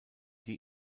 die